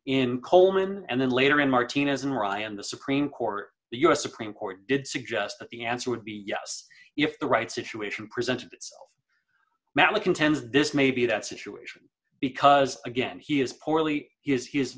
in coleman and then later in martinez in ryan the supreme court the u s supreme court did suggest that the answer would be yes if the right situation presented itself malla contends this may be that situation because again he is poorly he is